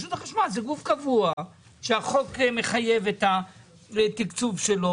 רשות החשמל זה גוף קבוע שהחוק מחייב את התקצוב שלו,